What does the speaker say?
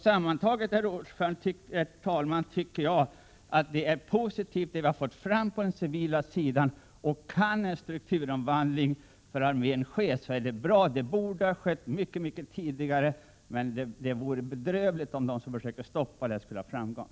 Sammantaget, herr talman, tycker jag att det som vi har fått fram på den civila sidan är positivt. Kan det ske en strukturomvandling av armén, så är det bra. Den borde ha skett mycket mycket tidigare. Det vore bedrövligt om de som nu försöker stoppa den skulle ha framgång.